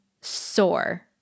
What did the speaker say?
sore